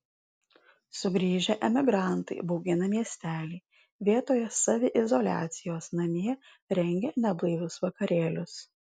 sugrįžę emigrantai baugina miestelį vietoje saviizoliacijos namie rengia neblaivius vakarėlius